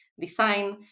design